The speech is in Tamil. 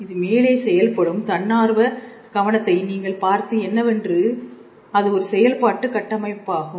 இது மேலே செயல்படும் தன்னார்வ கவனத்தை நீங்கள் பார்த்தது என்னவென்றால் அது ஒரு செயல்பாட்டு கட்டமைப்பாகும்